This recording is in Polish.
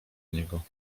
niego